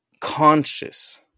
conscious